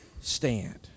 stand